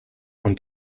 und